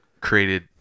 created